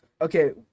Okay